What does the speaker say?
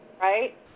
right